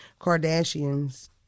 Kardashians